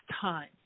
time